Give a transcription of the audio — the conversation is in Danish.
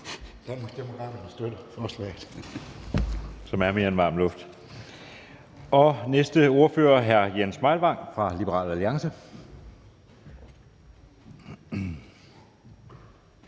næstformand (Jeppe Søe): Som er mere end varm luft. Næste ordfører er hr. Jens Meilvang fra Liberal Alliance.